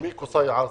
שמי קוסאי עאסי,